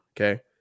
okay